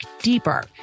deeper